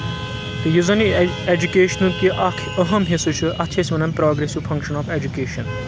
تہٕ یُس زَن یہِ ایجوکیشنُک یہِ اَکھ أہم حِصہٕ چھُ اَتھ چھِ أسۍ وَنان پرٛوگریسِو فنٛگشَن آف ایٚجوکیشَن